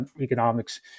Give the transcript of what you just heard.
economics